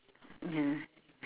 ya